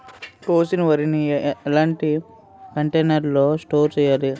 కోసిన వరిని ఎలాంటి కంటైనర్ లో స్టోర్ చెయ్యాలి?